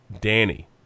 Danny